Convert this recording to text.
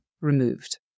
removed